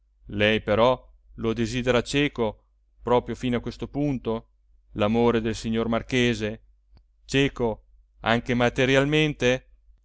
lei però lo desidera cieco proprio fino a questo punto l'amore del signor marchese cieco anche materialmente